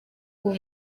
uwo